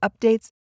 updates